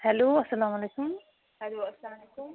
hello اَسلام علیکُم hello اَسلامُ علیکُم